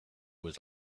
was